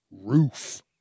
roof